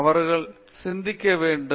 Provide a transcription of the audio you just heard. அவர்கள் சிந்திக்க வேண்டும்